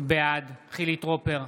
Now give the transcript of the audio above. בעד חילי טרופר,